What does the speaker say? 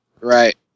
Right